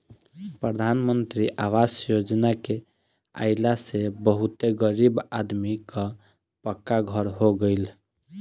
प्रधान मंत्री आवास योजना के आइला से बहुते गरीब आदमी कअ पक्का घर हो गइल